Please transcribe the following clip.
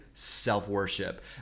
self-worship